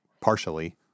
partially